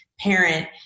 parent